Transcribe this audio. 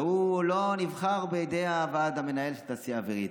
והוא לא נבחר בידי הוועד המנהל של התעשייה האווירית.